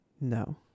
No